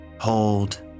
Hold